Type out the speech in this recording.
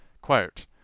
Quote